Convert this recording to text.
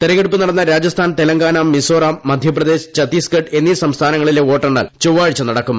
തെരഞ്ഞെടുപ്പ് നടന്ന രാജസ്ഥാൻ തെലങ്കാന മിസോറാം മധ്യപ്രദേശ് ഛത്തീസ്ഗഡ് എന്നീ സംസ്ഥാനങ്ങളിലെ വോട്ടെണ്ണൽ ചൊവ്വാഴ്ച നടക്കും